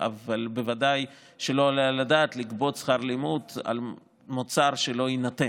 אבל בוודאי שלא עולה על הדעת לגבות שכר לימוד על מוצר שלא יינתן.